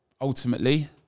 ultimately